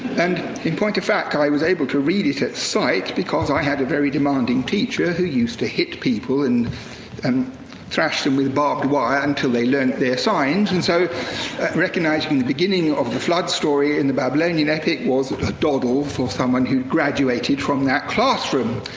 and, in point of fact, i was able to read it at sight, because i had a very demanding teacher who used to hit people and um thrash them with barbed wire until they learnt their signs, and so recognizing the beginning of the flood story in the babylonian epic was a doddle for someone who graduated from that classroom.